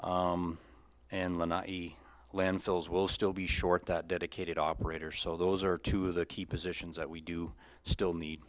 honorable and landfills will still be short that dedicated operators so those are two of the key positions that we do still need